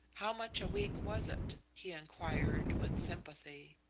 how much a week was it? he enquired, with sympathy.